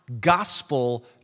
gospel